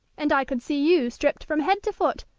and i could see you stripped from head to foot,